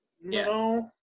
No